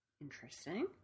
Interesting